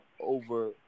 over